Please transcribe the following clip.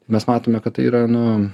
mes matome kad tai yra nu